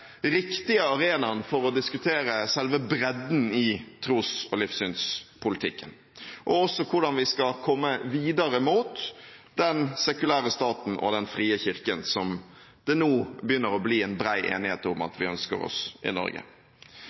riktige arenaen for å diskutere selve bredden i tros- og livssynspolitikken, og også hvordan vi skal komme videre mot den sekulære staten og den frie kirken som det nå begynner å bli bred enighet om at vi ønsker oss i Norge.